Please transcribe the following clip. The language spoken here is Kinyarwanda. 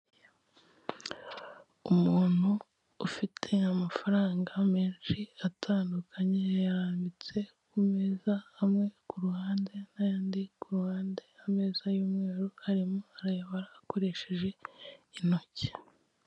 Umuntu ufite amafaranga menshi atandukanye, yayarambitse ku meza, amwe ku ruhande n'ayandi ku ruhande, ameza y'umweru arimo arayabara akoresheje intoki.